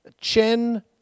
Chen